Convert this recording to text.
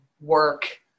work